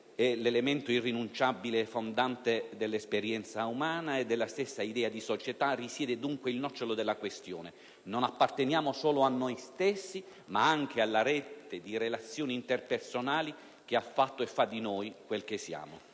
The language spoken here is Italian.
l'elemento irrinunciabile e fondante dell'esperienza umana e della stessa idea di società, risiede dunque il nocciolo della questione. Non apparteniamo solo a noi stessi ma anche alla rete di relazioni interpersonali che ha fatto e fa di noi quel che siamo.